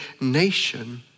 nation